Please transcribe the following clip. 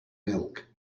milk